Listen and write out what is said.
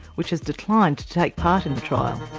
which has declined to take part in the trial.